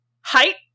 Height